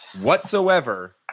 whatsoever